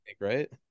right